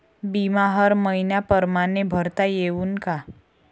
बिमा हर मइन्या परमाने भरता येऊन का?